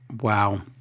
wow